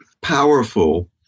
powerful